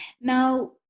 Now